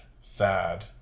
sad